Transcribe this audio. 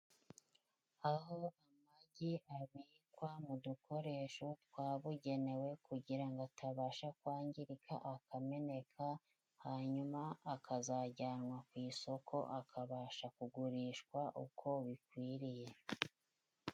Aho amagi abikwa mu dukoresho twabugenewe kugira ngo atabasha kwangirika akameneka, hanyuma akazajyanwa ku isoko akabasha kugurishwa uko bikwiriye.